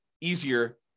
easier